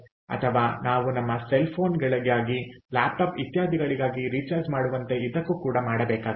ಅಥವಾ ನಾವು ನಮ್ಮ ಸೆಲ್ ಫೋನ್ಗಳಿಗಾಗಿ ಲ್ಯಾಪ್ಟಾಪ್ ಇತ್ಯಾದಿಗಳಿಗೆ ರೀಚಾರ್ಜ್ ಮಾಡುವಂತೆ ಇದಕ್ಕೂ ಕೂಡ ಮಾಡಬೇಕಾಗುತ್ತದೆ